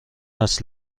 است